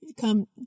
come